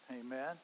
Amen